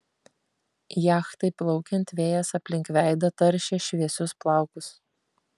jachtai plaukiant vėjas aplink veidą taršė šviesius plaukus